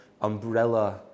umbrella